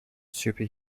super